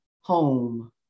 home